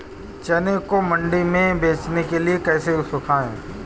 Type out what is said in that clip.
चने को मंडी में बेचने के लिए कैसे सुखाएँ?